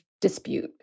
dispute